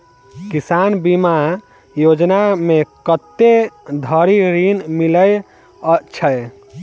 किसान बीमा योजना मे कत्ते धरि ऋण मिलय छै?